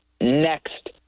next